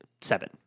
seven